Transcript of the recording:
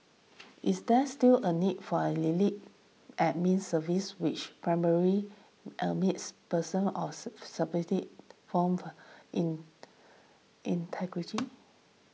is there still a need for an elite Admin Service which primarily admits persons of form in integrity